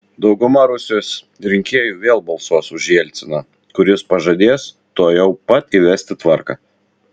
dauguma rusijos rinkėjų vėl balsuos už jelciną kuris pažadės tuojau pat įvesti tvarką